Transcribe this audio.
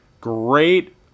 Great